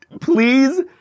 please